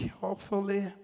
carefully